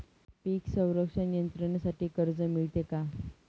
पीक संरक्षण यंत्रणेसाठी कर्ज मिळते का?